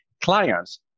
clients